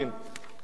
תודה.